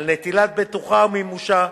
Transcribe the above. על נטילת בטוחה ומימושה,